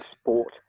sport